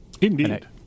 Indeed